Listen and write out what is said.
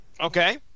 Okay